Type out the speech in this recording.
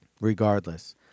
regardless